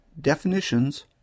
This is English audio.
definitions